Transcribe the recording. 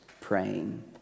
praying